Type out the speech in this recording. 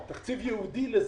תקציב ייעודי לזה.